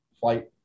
flight